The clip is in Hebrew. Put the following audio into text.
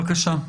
בבקשה.